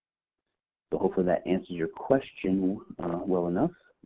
but hopefully that answers your question well enough.